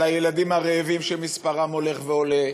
על הילדים הרעבים שמספרם הולך ועולה,